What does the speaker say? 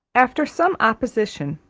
after some opposition,